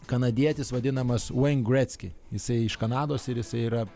kanadietis vadinamas vein grecki jisai iš kanados ir jisai yra